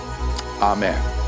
amen